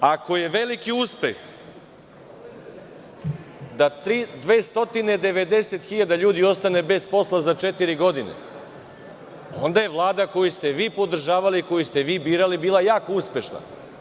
Ako je veliki uspeh da 290.000 ljudi ostane bez posla za četiri godine, onda je Vlada koju ste vi podržavali i koju ste vi birali bila jako uspešna.